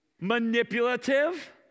Manipulative